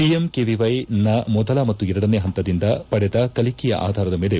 PMKVY ನ ಮೊದಲ ಮತ್ತು ಎರಡನೇ ಪಂತದಿಂದ ಪಡೆದ ಕಲಿಕೆಯ ಆಧಾರದ ಮೇಲೆ